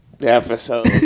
episode